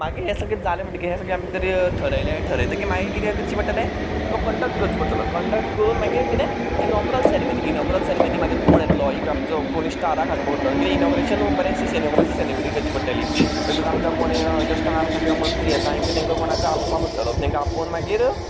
मागीर हें सगळें जालें म्हणटकीर हें सगळें ठरयलें ठरयलें म्हणटकीर मागीर कितें करचें पडटलें तो कन्डक्ट करचो पडटलो कन्डक्ट करून मागीर कितें इनॉग्रल सेरेमनी इनॉग्रल सेरेमनी मागीर कोण येतलो एक आमचो कोणीय स्टाराक हाडपाक पडटलो इनॉग्रेशन बरेंशें इनॉग्रल सेरेमनी करची पडटली तितूंत आमकां कोण जो स्टार वा मंत्री आसा हेंकां तेंकां कोणाकूय आपोवपाक पडटलो तेंकां आपोवन मागीर